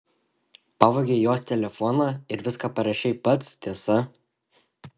pavogei jos telefoną ir viską parašei pats tiesa